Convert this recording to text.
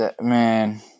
man